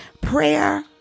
prayer